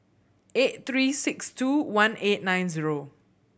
eight three six two one eight nine zero